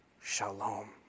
shalom